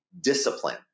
discipline